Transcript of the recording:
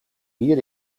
hier